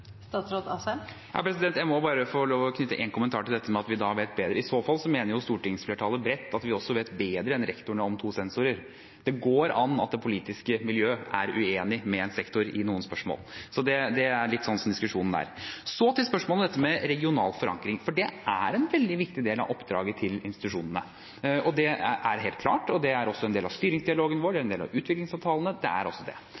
Jeg må bare få lov til å knytte en kommentar til dette med at vi vet bedre. I så fall mener stortingsflertallet bredt at vi også vet bedre enn rektorene om to sensorer. Det går an at det politiske miljøet er uenig med en sektor i noen spørsmål. Det er litt sånn diskusjonen er. Så til spørsmålet om regional forankring, for det er en veldig viktig del av oppdraget til institusjonene. Det er helt klart at det er en del av styringsdialogen vår, og det er en del av utviklingsavtalene. Spørsmålet er: Trenger det